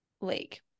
lake